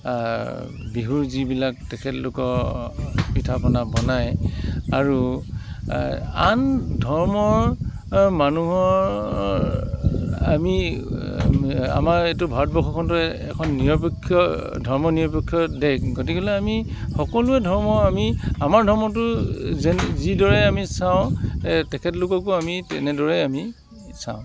বিহুৰ যিবিলাক তেখেতলোকৰ পিঠাপনা বনাই আৰু আন ধৰ্মৰ মানুহৰ আমি আমাৰ এইটো ভাৰতবৰ্ষখনটো এখন নিৰপক্ষ ধৰ্ম নিৰপক্ষ দেশ গতিকেলৈ আমি সকলোৰে ধৰ্ম আমি আমাৰ ধৰ্মটো যিদৰে আমি চাওঁ তেখেতলোককো আমি তেনেদৰে আমি চাওঁ